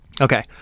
Okay